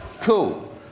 Cool